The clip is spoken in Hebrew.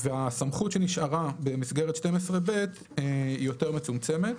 והסמכות שנשארה במסגרת 12(ב) היא יותר מצומצמת.